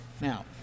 Now